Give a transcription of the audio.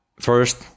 first